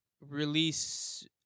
release